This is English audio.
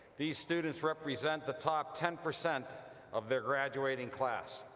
these students represent the top ten percent of their graduating class.